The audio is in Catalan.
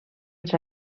els